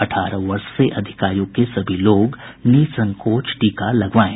अठारह वर्ष से अधिक आयु के सभी लोग निःसंकोच टीका लगवाएं